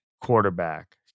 quarterback